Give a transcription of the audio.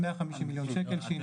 150 מיליון שקלים.